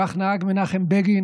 כך נהג מנחם בגין